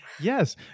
Yes